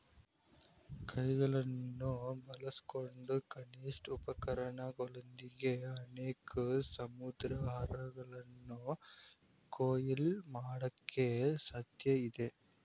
ಕೈಗಳನ್ನು ಬಳಸ್ಕೊಂಡು ಕನಿಷ್ಠ ಉಪಕರಣಗಳೊಂದಿಗೆ ಅನೇಕ ಸಮುದ್ರಾಹಾರಗಳನ್ನ ಕೊಯ್ಲು ಮಾಡಕೆ ಸಾಧ್ಯಇದೆ